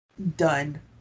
Done